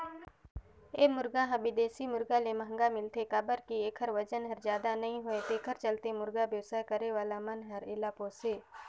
ए मुरगा हर बिदेशी मुरगा ले महंगा मिलथे काबर कि एखर बजन हर जादा नई होये तेखर चलते मुरगा बेवसाय करे वाला मन हर एला पोसे